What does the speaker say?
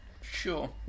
Sure